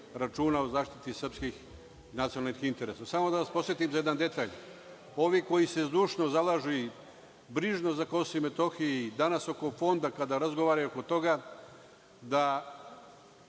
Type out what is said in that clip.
računa o zaštiti srpskih nacionalnih interesa. Samo da vas podsetim na jedan detalj. Ovi koji se zdušno zalažu i brižno za KiM i danas oko Fonda, kada razgovaraju oko toga, da